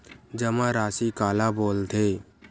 जमा राशि काला बोलथे?